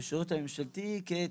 כתשע.